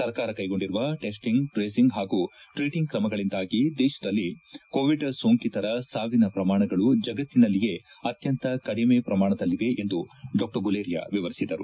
ಸರ್ಕಾರ ಕೈಗೊಂಡಿರುವ testing tracing ಹಾಗೂ ಟ್ರೇಟಿಂಗ್ ಕ್ರಮಗಳಿಂದಾಗಿ ದೇಶದಲ್ಲಿ ಕೋವಿಡ್ ಸೋಂಕಿತರ ಸಾವಿನ ಪ್ರಮಾಣಗಳು ಜಗತ್ತಿನಲ್ಲಿಯೇ ಅತ್ವಂತ ಕಡಿಮೆ ಪ್ರಮಾಣದಲ್ಲಿವೆ ಎಂದು ಡಾ ಗುಲೇರಿಯಾ ವಿವರಿಸಿದರು